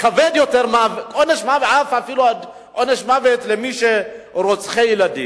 כבד יותר, עונש מוות על רוצחי ילדים.